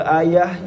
ayah